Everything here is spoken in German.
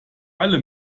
alle